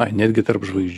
netgi tarp žvaigždžių